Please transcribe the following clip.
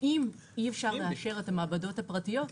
שאם אי-אפשר לאשר את המעבדות הפרטיות,